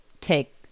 take